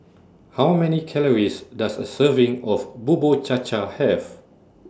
How Many Calories Does A Serving of Bubur Cha Cha Have